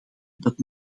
dat